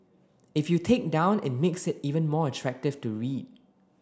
if you take down it makes it even more attractive to read